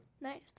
Nice